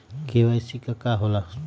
KYC का होला?